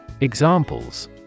Examples